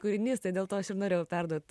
kūrinys tai dėl to aš ir norėjau perduot